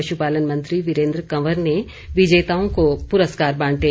पशुपालन मंत्री वीरेन्द्र कंवर ने विजेताओं को पुरस्कार बांटे